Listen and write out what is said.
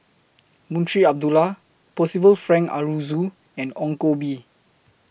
Munshi Abdullah Percival Frank Aroozoo and Ong Koh Bee